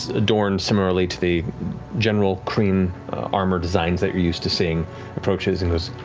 adorned similarly to the general kryn armor designs that you're used to seeing approaches and goes,